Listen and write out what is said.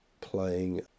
playing